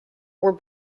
were